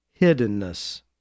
hiddenness